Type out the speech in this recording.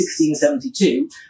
1672